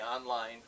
online